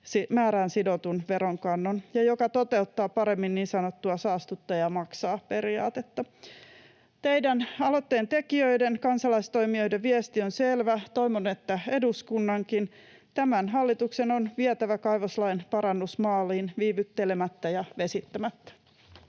määrään sidotun veronkannon ja joka toteuttaa paremmin niin sanottua saastuttaja maksaa -periaatetta. Teidän, aloitteen tekijöiden, kansalaistoimijoiden, viesti on selvä — toivon, että eduskunnankin. Tämän hallituksen on vietävä kaivoslain parannus maaliin viivyttelemättä ja vesittämättä.